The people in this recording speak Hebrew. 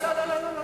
לא לא.